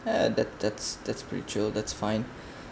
and that that that's mutual that's fine